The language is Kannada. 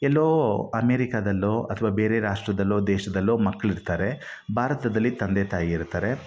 ಎಲ್ಲೋ ಅಮೇರಿಕಾದಲ್ಲೋ ಅಥ್ವಾ ಬೇರೆ ರಾಷ್ಟ್ರದಲ್ಲೋ ದೇಶದಲ್ಲೋ ಮಕ್ಕಳಿರ್ತಾರೆ ಭಾರತದಲ್ಲಿ ತಂದೆ ತಾಯಿ ಇರ್ತಾರೆ